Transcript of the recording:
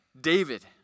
David